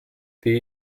die